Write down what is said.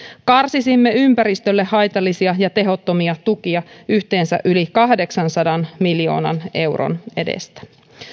karsisimme ympäristölle haitallisia ja tehottomia tukia yhteensä yli kahdeksansadan miljoonan euron edestä